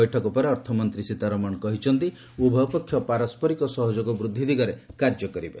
ବୈଠକ ପରେ ଅର୍ଥମନ୍ତ୍ରୀ ସୀତାରମଣ କହିଛନ୍ତି ଉଭୟପକ୍ଷ ପାରସ୍କରିକ ସହଯୋଗ ବୃଦ୍ଧି ଦିଗରେ କାର୍ଯ୍ୟ କରିବେ